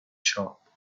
shop